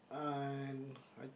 uh